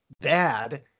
bad